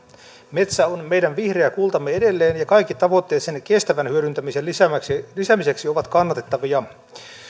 metsä on meidän vihreä kultamme edelleen ja kaikki tavoitteet sen kestävän hyödyntämisen lisäämiseksi ovat kannatettavia